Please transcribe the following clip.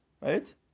Right